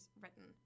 written